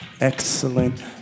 excellent